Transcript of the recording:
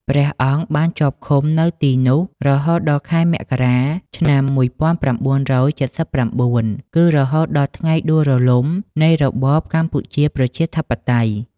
ព្រះអង្គបានជាប់ឃុំនៅទីនោះ រហូតដល់ខែមករា ឆ្នាំ១៩៧៩ គឺរហូតដល់ថ្ងៃដួលរលំនៃរបបកម្ពុជាប្រជាធិបតេយ្យ ។